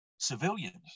Civilians